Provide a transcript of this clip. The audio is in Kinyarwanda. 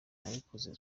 nabikoze